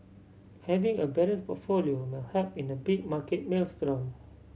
having a balance portfolio may help in a big market maelstrom